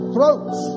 Throats